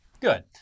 Good